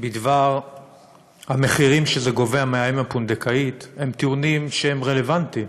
בדבר המחירים שזה גובה מהאם הפונדקאית הם טיעונים שהם רלוונטיים,